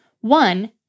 one